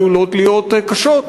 שלו עלולות להיות קשות.